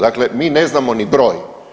Dakle, mi ne znamo ni broj.